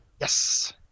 yes